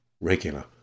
regular